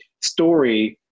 story